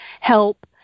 help